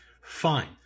Fine